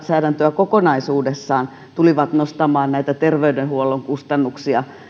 kokonaisuudessaan tulivat nostamaan terveydenhuollon kustannuksia